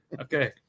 Okay